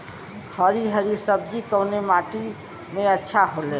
हरी हरी सब्जी कवने माटी में अच्छा होखेला?